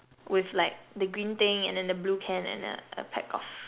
with like the green thing and then the blue can and a a pack of